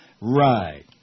Right